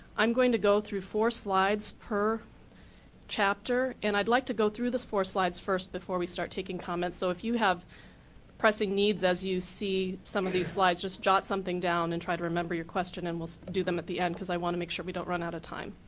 i'm going to go through four slides per chapter and i'd like to go through the slides first before we start taking comments. so if you have pressing needs as you see some of these slides, just jot something down and try to remember your question and we'll do them at the end because i want to make sure we don't run out of time.